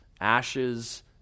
ashes